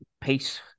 pace